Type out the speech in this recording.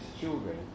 children